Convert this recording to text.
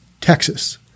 Texas